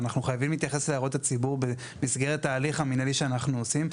אנחנו חייבים להתייחס להערות הציבור במסגרת ההליך המינהלי שאנחנו עושים.